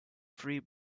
three